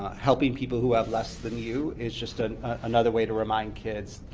helping people who have less than you is just ah another way to remind kids,